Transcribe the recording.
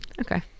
okay